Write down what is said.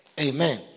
Amen